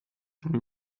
comme